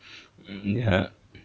ya